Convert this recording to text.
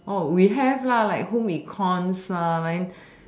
oh we have lah like home econs lah like